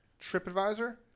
TripAdvisor